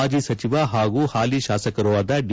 ಮಾಜಿ ಸಚಿವ ಹಾಗೂ ಹಾಲಿ ಶಾಸಕರೂ ಆದ ಡಿ